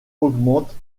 augmente